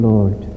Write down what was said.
Lord